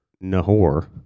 Nahor